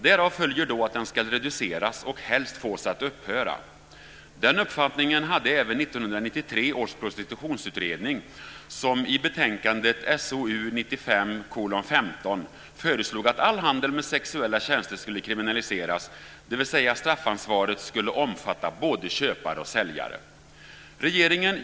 Därav följer då att den ska reduceras och helst fås att upphöra. Den uppfattningen hade även 1993 års prostitutionsutredning, som i betänkandet SOU 1995:15 föreslog att all handel med sexuella tjänster skulle kriminaliseras, dvs. straffansvaret skulle omfatta både köpare och säljare.